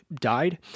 died